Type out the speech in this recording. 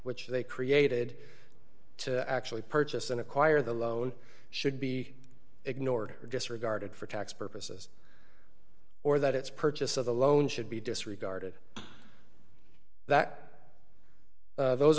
which they created to actually purchase and acquire the loan should be ignored or disregarded for tax purposes or that its purchase of the loan should be disregarded that those